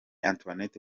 antoinette